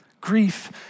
Grief